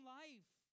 life